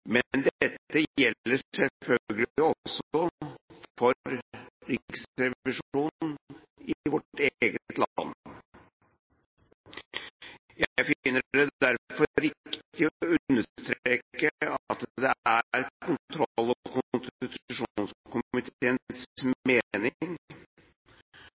Dette gjelder selvfølgelig også for riksrevisjonen i vårt eget land. Jeg finner det derfor riktig å understreke at det er kontroll- og konstitusjonskomiteens mening at vår riksrevisjon er